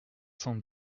cent